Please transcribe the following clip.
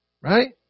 right